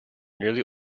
nearly